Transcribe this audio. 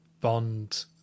Bond